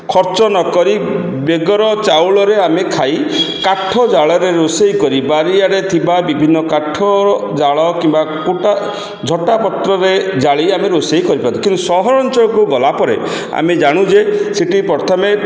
ଖର୍ଚ୍ଚ ନ କରି ବେଗର ଚାଉଳରେ ଆମେ ଖାଇ କାଠ ଜାଳରେ ରୋଷେଇ କରି ବାରିଆଡ଼େ ଥିବା ବିଭିନ୍ନ କାଠ ଜାଳ କିମ୍ବା କୁଟା ଝଟା ପତ୍ରରେ ଜାଳି ଆମେ ରୋଷେଇ କରିପାରୁ କିନ୍ତୁ ସହରାଞ୍ଚଳକୁ ଗଲାପରେ ଆମେ ଜାଣୁ ଯେ ସେଠି ପ୍ରଥମେ